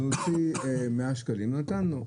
אז הוא הוציא 100 שקלים נתן לו,